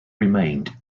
remained